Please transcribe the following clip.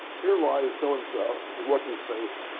here lies so-and-so, what's his face,